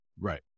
Right